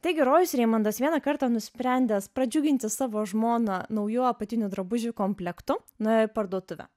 taigi rojus reimondas vieną kartą nusprendęs pradžiuginti savo žmoną naujų apatinių drabužių komplektu nuėjo į parduotuvę